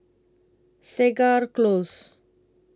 Segar Close